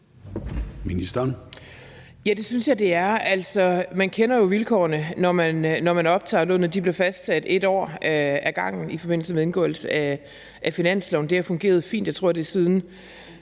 Egelund): Ja, det synes jeg det er. Altså, man kender jo vilkårene, når man optager lånet, og de bliver fastsat for 1 år ad gangen i forbindelse med indgåelse af finansloven. Det har fungeret fint, jeg tror, det er siden